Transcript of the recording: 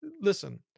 listen